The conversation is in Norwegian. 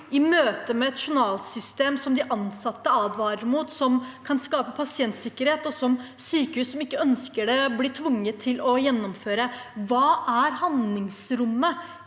i møte med et journalsystem som de ansatte advarer mot, som kan skade pasientsikkerheten, og som sykehus som ikke ønsker det, blir tvunget til å innføre? Hva er handlingsrommet